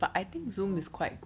I think so